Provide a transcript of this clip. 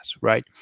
right